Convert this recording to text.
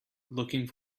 looking